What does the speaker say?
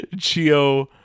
Chio